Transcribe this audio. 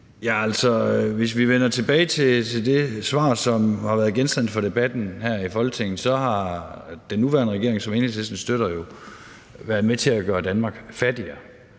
hvis vi vender tilbage til det svar, som har været genstand for debatten her i Folketinget, så har den nuværende regering, som Enhedslisten jo støtter, været med til at gøre Danmark fattigere.